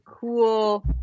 cool